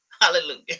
Hallelujah